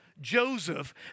Joseph